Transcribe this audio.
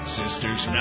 sisters